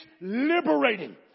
liberating